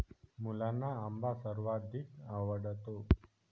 मुलांना आंबा सर्वाधिक आवडतो